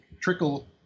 trickle